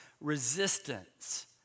resistance